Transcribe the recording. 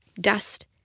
dust